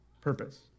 purpose